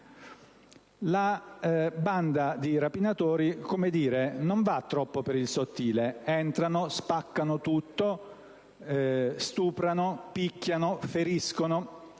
La banda non va troppo per il sottile (entrano, spaccano tutto, stuprano, picchiano, feriscono)